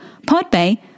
Podbay